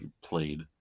played